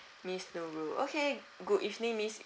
miss nurul okay good evening miss